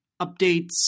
updates